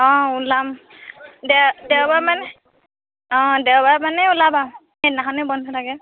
অঁ ওলাম দেওবাৰ মানে অঁ দেওবাৰ মানে ওলাবা সেইদিনাখনেই বন্ধ থাকে